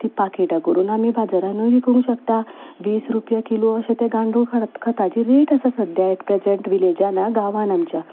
ती पाकिटां करून आमी बाजारानूय विकूंक शकता वीस रुपया किलो अशे ते गांयदोळ खताची रेट आसा सद्या अॅट प्रेझंट विलेजांत आं गांवांत आमच्या